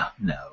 No